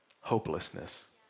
Hopelessness